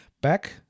back